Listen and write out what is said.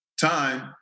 time